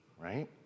right